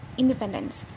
independence